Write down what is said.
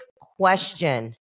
question